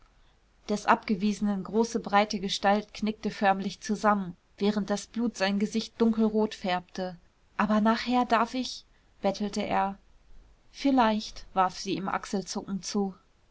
des abgewiesenen große breite gestalt knickte förmlich zusammen während das blut sein gesicht dunkelrot färbte aber nachher darf ich bettelte er vielleicht warf sie ihm achselzuckend zu